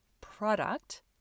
product